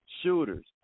shooters